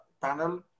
panel